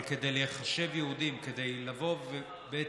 אבל כדי להיחשב יהודים, בשביל